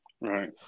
Right